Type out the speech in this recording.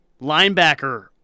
Linebacker